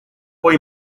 poi